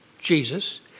Jesus